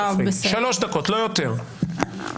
שלוש דקות, לא יותר.